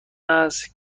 است